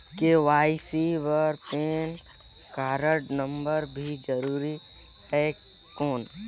KYC बर PAN card number भी जरूरी हे कौन?